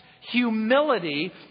humility